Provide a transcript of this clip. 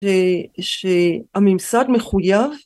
שהממסד מחוייב